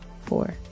four